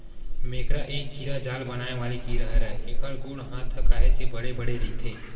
मेकरा ए कीरा जाल बनाय वाले कीरा हरय, एखर गोड़ हात ह काहेच के बड़े बड़े रहिथे